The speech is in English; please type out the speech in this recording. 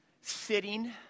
sitting